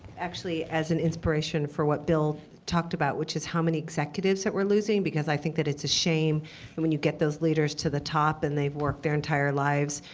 actually, as an inspiration for what bill talked about, which is how many executives that we're losing, because i think that it's a shame when you get those leaders to the top and they've worked their entire lives.